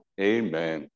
amen